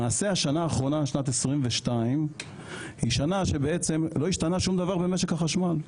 למעשה השנה האחרונה שנת 2022 היא שנה שלא השתנה שום דבר במשק החשמל,